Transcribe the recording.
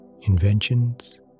inventions